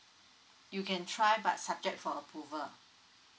you can try but subject for approval